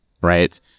right